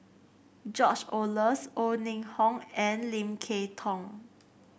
George Oehlers O Ning Hong and Lim Kay Tong